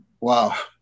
Wow